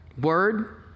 Word